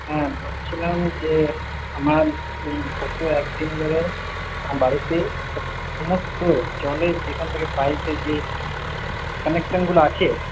হ্যাঁ বলছিলাম যে আমার যে এই গত এক দিন ধরে আমার বাড়িতে সমস্ত জলের যেখান থেকে পাইপের যে কানেকশনগুলো আছে